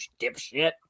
dipshit